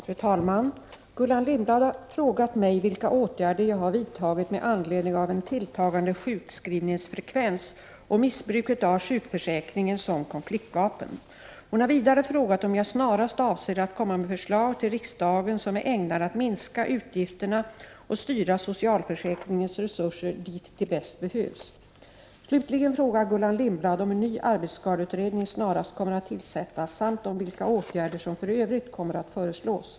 Fru talman! Gullan Lindblad har frågat mig vilka åtgärder jag har vidtagit med anledning av en tilltagande sjukskrivningsfrekvens och missbruket av sjukförsäkringen som konfliktvapen. Hon har vidare frågat om jag snarast avser att komma med förslag till riksdagen, som är ägnade att minska utgifterna och styra socialförsäkringens resurser dit de bäst behövs. Slutligen frågar Gullan Lindblad om en ny arbetsskadeutredning snarast kommer att tillsättas samt om vilka åtgärder som för övrigt kommer att föreslås.